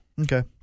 Okay